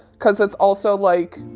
cause it's also like,